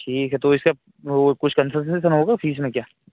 ठीक है तो इसका वह कुछ कंसेशन वेशन होगा फीस में क्या